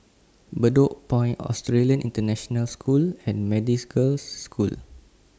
Bedok Point Australian International School and Methodist Girls' School